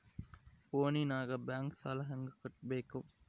ಫೋನಿನಾಗ ಬ್ಯಾಂಕ್ ಸಾಲ ಹೆಂಗ ಕಟ್ಟಬೇಕು?